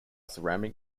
ceramics